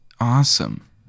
Awesome